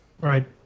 Right